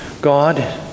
God